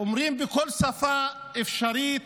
אומרים בכל שפה אפשרית: